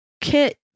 kit